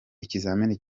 ikizamini